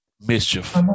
mischief